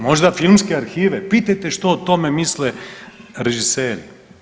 Možda filmske arhive, pitajte što o tome misle režiseri.